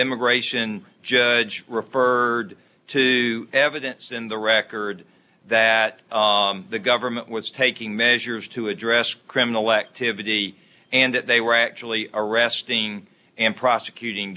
immigration judge referred to evidence in the record that the government was taking measures to address criminal activity and that they were actually arresting and prosecuting